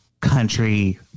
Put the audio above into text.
country